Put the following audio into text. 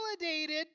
validated